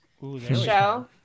show